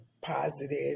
positive